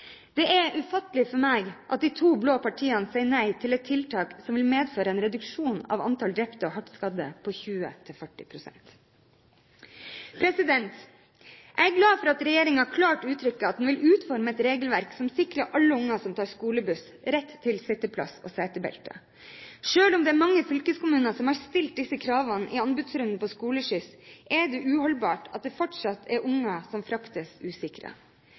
Det er ufattelig for meg at de to blå partiene sier nei til et tiltak som vil medføre en reduksjon av antall drepte og hardt skadde på 20–40 pst. Jeg er glad for at regjeringen klart uttrykker at den vil utforme et regelverk som sikrer alle unger som tar skolebuss, rett til sitteplass og setebelte. Selv om det er mange fylkeskommuner som har stilt disse kravene i anbudsrunden for skoleskyss, er det uholdbart at det fortsatt er unger som fraktes